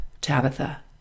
Tabitha